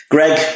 Greg